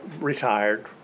retired